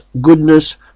goodness